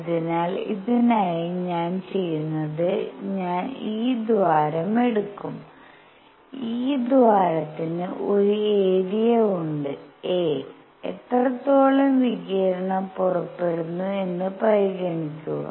അതിനാൽ ഇതിനായി ഞാൻ ചെയ്യുന്നത് ഞാൻ ഈ ദ്വാരം എടുക്കും ഈ ദ്വാരത്തിന് ഒരു ഏരിയ ഉണ്ട് a എത്രത്തോളം വികിരണം പുറപ്പെടുന്നു എന്ന് പരിഗണിക്കുക